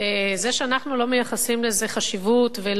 זה שאנחנו לא מייחסים לזה חשיבות ולא רואים